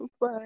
Bye